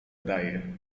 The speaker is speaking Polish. daje